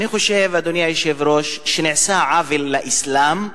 אני חושב, אדוני היושב-ראש, שנעשה עוול לאסלאם,